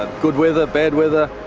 ah good weather, bad weather,